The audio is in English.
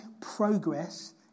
progress